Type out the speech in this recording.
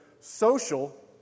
social